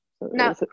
No